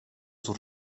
sus